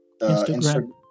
instagram